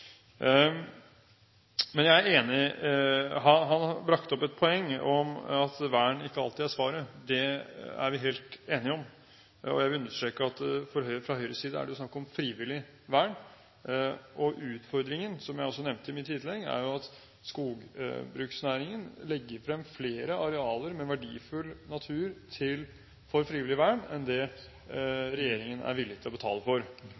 Men han brakte opp et poeng om at vern ikke alltid er svaret. Det er vi helt enige om. Jeg vil understreke at fra Høyres side er det snakk om frivillig vern, og utfordringen, som jeg også nevnte i mitt innlegg, er jo at skogbruksnæringen legger frem flere arealer med verdifull natur for frivillig vern enn det regjeringen er villig til å betale for